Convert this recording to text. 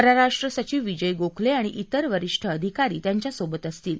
परराष्ट्र सचिव विजय गोखले आणि त्रेर वरिष्ठ अधिकारी त्यांच्याबरोबर असतील